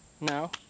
No